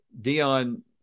Dion